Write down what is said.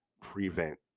prevent